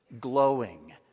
glowing